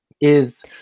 is-